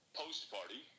post-party